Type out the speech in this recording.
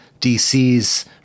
DC's